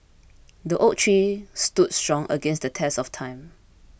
the oak tree stood strong against the test of time